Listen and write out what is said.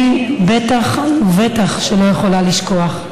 אני בטח ובטח שלא יכולה לשכוח.